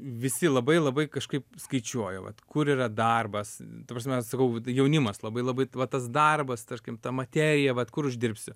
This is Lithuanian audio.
visi labai labai kažkaip skaičiuoja vat kur yra darbas ta prasme sakau jaunimas labai labai va tas darbas tarkim ta materija vat kur uždirbsiu